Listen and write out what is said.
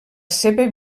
seva